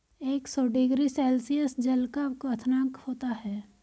एक सौ degree Celsius जल का क्वथनांक होता है